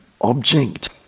object